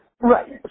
Right